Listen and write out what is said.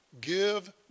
Give